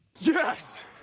Yes